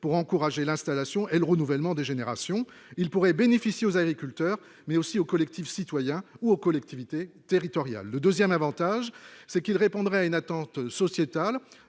pour encourager l'installation et le renouvellement des générations. Il pourrait bénéficier aux agriculteurs, mais aussi aux collectifs citoyens et aux collectivités territoriales. Le deuxième avantage, c'est qu'il répondrait à une attente sociétale